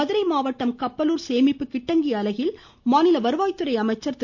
மதுரை மாவட்டம் கப்பலூர் சேமிப்பு கிட்டங்கி அலகில் மாநில வருவாய் துறை அமைச்சர் திரு